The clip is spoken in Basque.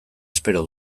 espero